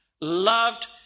loved